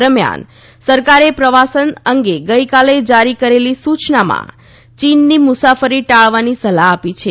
દરમ્યાન સરકારે પ્રવાસન અંગે ગઇકાલે જારી કરેલી સુચનામાં ચીનની મુસાફરી ટાળવાની સલાહ આપી છે